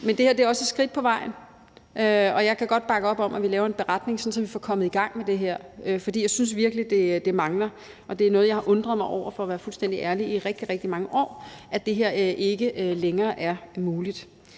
Men det her er også et skridt på vejen, og jeg kan godt bakke op om, at vi laver en beretning, sådan at vi kommer i gang med det her. For jeg synes virkelig, det mangler, og jeg har – for at være fuldstændig ærlig – i rigtig, rigtig mange år undret mig over, at det her ikke længere er muligt.